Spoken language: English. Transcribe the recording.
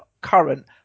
current